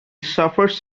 suffers